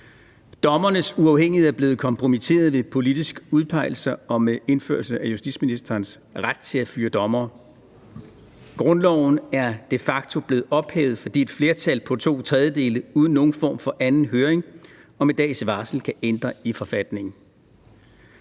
Dommernes uafhængighed er blevet kompromitteret ved politiske udpegelser og med indførelse af justitsministerens ret til at fyre dommere. Grundloven er de facto blevet ophævet, fordi et flertal på totredjedele uden nogen form for anden høring og med dags varsel kan ændre i forfatningen.